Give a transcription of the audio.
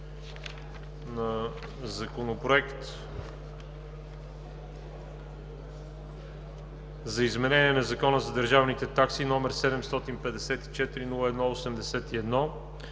на Законопроект за изменение на Закона за държавните такси, № 754-01-81,